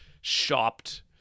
shopped